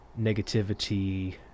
negativity